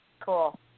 Cool